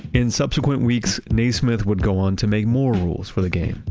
in subsequent weeks, naismith would go on to make more rules for the game.